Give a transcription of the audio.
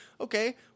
okay